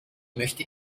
möchte